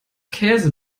käse